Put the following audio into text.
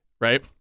right